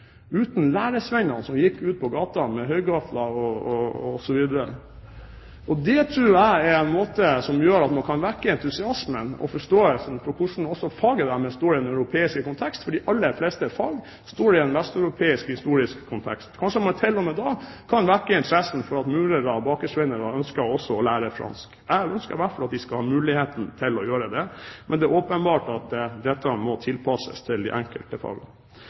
uten læresvennene som gikk ute på gaten med høygafler osv? Det tror jeg kan være en måte å vekke entusiasmen og forståelsen på når det gjelder hvordan også faget deres står i den europeiske kontekst, for de aller fleste fag står i en vesteuropeisk historisk kontekst. Kanskje man til og med da kan vekke interessen for at murer- og bakersvenner også ønsker å lære fransk. Jeg ønsker i hvert fall at de skal ha muligheten til å gjøre det. Men det er åpenbart at dette må tilpasses de enkelte